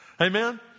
Amen